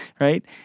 right